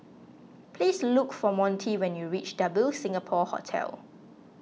please look for Montie when you reach Double Singapore Hotel